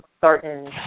certain